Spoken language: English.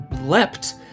leapt